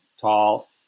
tall